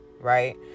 right